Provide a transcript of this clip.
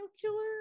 killer